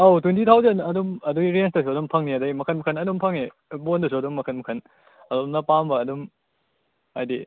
ꯑꯧ twenty thousand ꯑꯗꯨꯝ ꯑꯗꯨꯏ ꯔꯦꯟꯁꯇꯁꯨ ꯑꯗꯨꯝ ꯐꯪꯅꯤ ꯑꯗꯩ ꯃꯈꯟ ꯃꯈꯟ ꯑꯗꯨꯝ ꯐꯪꯉꯦ ꯑꯦꯕꯣꯟꯗꯨꯁꯨ ꯑꯗꯨꯝ ꯃꯈꯟ ꯃꯈꯟ ꯑꯗꯣꯝꯅ ꯄꯥꯝꯕ ꯑꯗꯨꯝ ꯍꯥꯏꯗꯤ